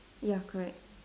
ya correct